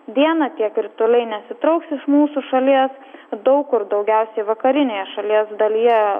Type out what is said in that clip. dieną tie krituliai nesitrauks iš mūsų šalies daug kur daugiausiai vakarinėje šalies dalyje